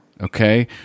Okay